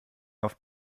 auf